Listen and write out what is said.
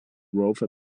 rover